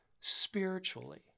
spiritually